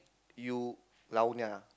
you lao nua ah